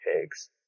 pigs